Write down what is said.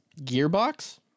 gearbox